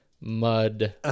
mud